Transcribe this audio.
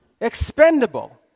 expendable